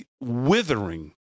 withering